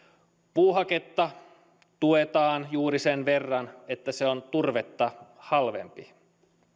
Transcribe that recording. puuhaketta tuetaan juuri sen verran että se on turvetta halvempi